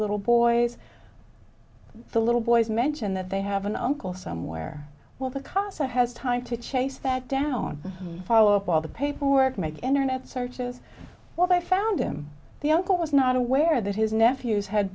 little boys the little boys mentioned that they have an uncle somewhere well the casa has time to chase that down follow up all the paperwork make internet searches well they found him the uncle was not aware that his nephews had